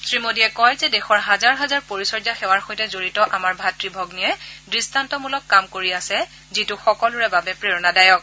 শ্ৰীমোদীয়ে কয় যে দেশৰ হাজাৰ হাজাৰ পৰিচৰ্য্যা সেৱাৰ সৈতে জড়িত আমাৰ ভাত় ভগ্নীয়ে দৃষ্টান্তমূলক কাম কৰি আছে যিটো সকলোৰে বাবে প্ৰেৰণা দায়ক